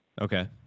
Okay